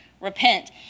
repent